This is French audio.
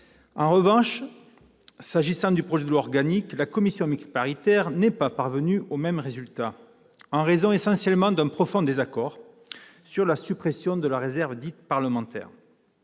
En revanche, s'agissant du projet de loi organique, la commission mixte paritaire n'est pas parvenue au même résultat, en raison essentiellement d'un profond désaccord sur la suppression de la réserve dite « parlementaire